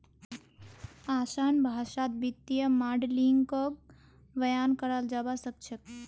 असान भाषात वित्तीय माडलिंगक बयान कराल जाबा सखछेक